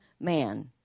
man